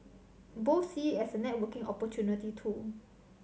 both see it as a networking opportunity too